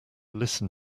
listen